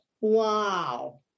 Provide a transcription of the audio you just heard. wow